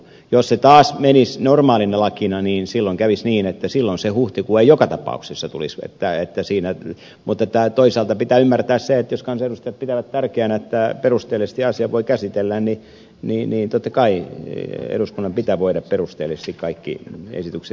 jos se taas menisi normaalina lakina niin silloin kävisi niin että silloin se huhtikuu joka tapauksessa tulis väittää että siinä ne tulisi mutta toisaalta pitää ymmärtää se että jos kansanedustajat pitävät tärkeänä että perusteellisesti asian voi käsitellä niin totta kai eduskunnan pitää voida perusteellisesti kaikki esitykset käsitellä